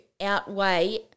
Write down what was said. outweigh –